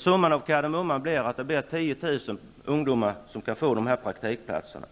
Summan av kardemumman blir att 10 000 ungdomar kan få praktikplatser av